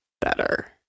better